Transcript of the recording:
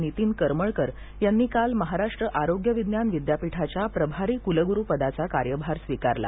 नितीन करमळकर यांनी काल महाराष्ट्र आरोग्य विज्ञान विद्यापीठाच्या प्रभारी क्लग्रु पदाचा कार्यभार स्वीकारला